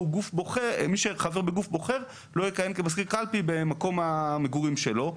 מי שחבר בגוף בוחר לא יכהן מזכיר קלפי במקום המגורים שלו,